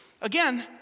again